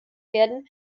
werden